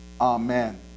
Amen